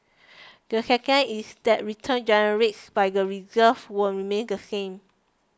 the second is that returns generates by the reserves will remain the same